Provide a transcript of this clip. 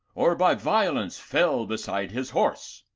or by violence fell beside his horse?